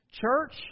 Church